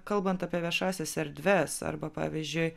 kalbant apie viešąsias erdves arba pavyzdžiui